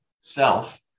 self